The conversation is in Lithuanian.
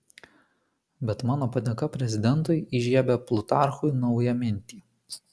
bet mano padėka prezidentui įžiebia plutarchui naują mintį